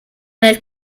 nel